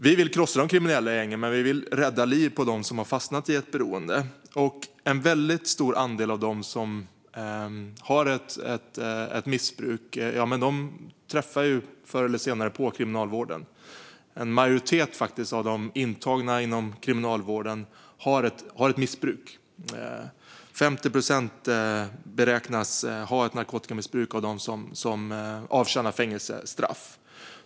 Vi vill krossa de kriminella gängen, men vi vill rädda livet på dem som har fastnat i ett beroende. En stor andel av dem som har ett missbruk träffar förr eller senare på kriminalvården. En majoritet av de intagna inom kriminalvården har ett missbruk. 50 procent av dem som avtjänar fängelsestraff beräknas ha ett narkotikamissbruk.